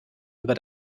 über